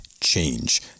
change